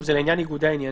זה לעניין ניגודי העניינים.